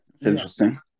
Interesting